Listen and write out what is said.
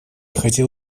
хотел